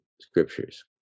scriptures